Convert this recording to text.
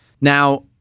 Now